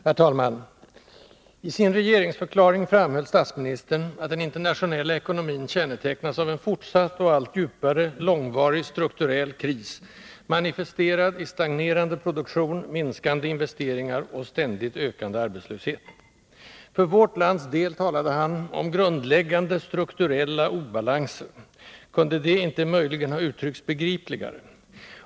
Herr talman! I sin regeringsförklaring framhöll statsministern att den internationella ekonomin kännetecknas av en fortsatt, allt djupare och långvarig strukturell kris, manifesterad i stagnerande produktion, minskande investeringar och ständigt ökande arbetslöshet. För vårt lands del talade han om ”grundläggande strukturella obalanser” — kunde det inte möjligen ha uttryckts begripligare?